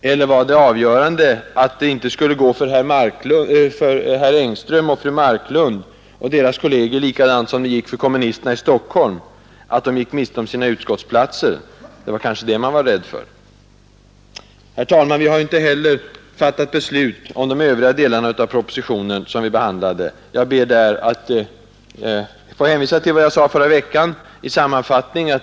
Eller var det avgörande att det inte skulle gå för herr Engström och fru Marklund och deras kolleger, som det gick för kommunisterna i Stockholm, att de skulle gå miste om sina utskottsplatser? Det var kanske det man var rädd för. Herr talman! Vi har inte heller ännu fattat beslut om de övriga delarna av propositionen. Jag ber att få hänvisa till vad jag sade i förra veckan, vilket i sammanfattning var följande.